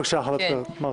בבקשה, חבר הכנסת מארק.